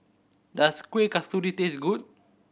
does Kuih Kasturi taste good